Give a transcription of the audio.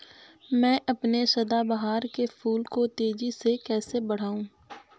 मैं अपने सदाबहार के फूल को तेजी से कैसे बढाऊं?